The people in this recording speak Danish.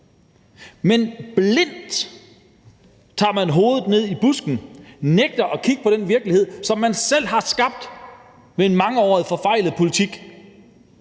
Men blindt stikker man hovedet i busken og nægter at kigge på den virkelighed, som man selv har skabt med en mangeårig forfejlet politik,